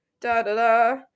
Da-da-da